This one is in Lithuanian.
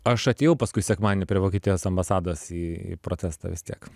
aš atėjau paskui sekmadienį prie vokietijos ambasados į į protestą vis tiek